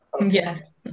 Yes